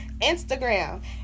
Instagram